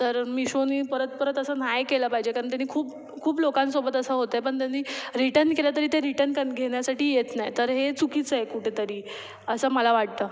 तर मिशोने परत परत असं नाही केलं पाहिजे कारण त्याने खूप खूप लोकांसोबत असं होतं आहे पण त्यांनी रिटन केलं तरी ते रिटन क घेण्यासाठी येत नाही तर हे चुकीचं आहे कुठे तरी असं मला वाटतं